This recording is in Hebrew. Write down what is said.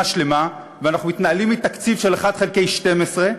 שלמה ואנחנו מתנהלים עם תקציב של 1 חלקי 12,